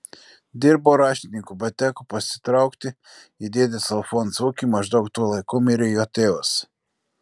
dirbo raštininku bet teko pasitraukti į dėdės alfonso ūkį maždaug tuo laiku mirė jo tėvas